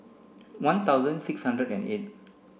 one thousand six hundred and eight